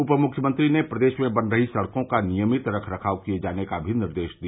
उप मुख्यमंत्री ने प्रदेश में बन रही सड़कों का नियमित रख रखाव किये जाने का निर्देश भी दिया